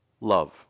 love